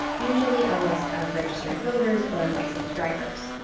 usually, a list of registered voters or licensed drivers.